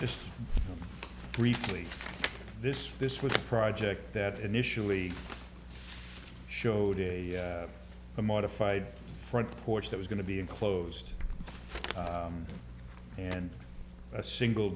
just briefly this this was a project that initially showed a modified front porch that was going to be enclosed and a single